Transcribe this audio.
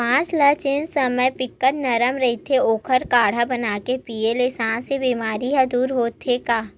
बांस ल जेन समे बिकट नरम रहिथे ओखर काड़हा बनाके पीए ल सास के बेमारी ह दूर होथे गा